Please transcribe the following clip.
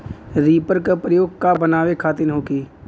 Reaper का प्रयोग का बनावे खातिन होखि?